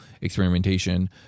experimentation